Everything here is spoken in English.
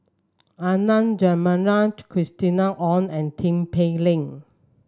Adan Jimenez Christina Ong and Tin Pei Ling